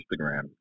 Instagram